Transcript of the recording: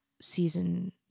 season